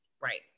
Right